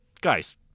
guys